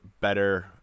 better